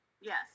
Yes